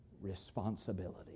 responsibility